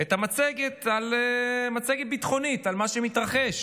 את המצגת, מצגת ביטחונית על מה שמתרחש